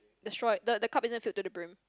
the straw the the cup isn't filled to the brim